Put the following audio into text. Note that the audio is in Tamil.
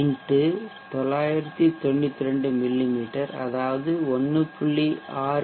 x 992 மிமீ அதாவது 1